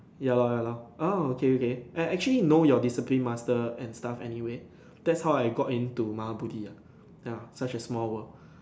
ya lor ya lor okay okay I actually know your discipline master and stuff anyway that's how I got into Maha Bodhi ya ya such a small world